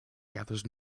gathers